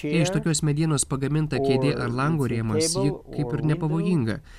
kai iš tokios medienos pagaminta kėdė ar lango rėmas ji kaip ir nepavojinga